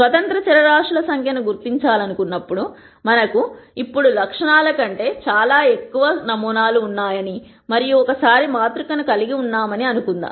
స్వతంత్ర చరరాశుల సంఖ్యను గుర్తించాలనుకున్నప్పుడు మనకు ఇప్పుడు లక్షణాల కంటే చాలా ఎక్కువ నమూనాలు ఉన్నాయని మరియు ఒకసారి మాతృ కను కలిగి ఉన్నామని అనుకుందాం